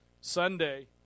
Sunday